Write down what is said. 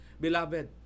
Beloved